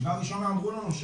ובישיבה הראשונה אמרו לנו,